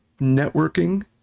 networking